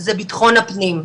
זה ביטחון הפנים.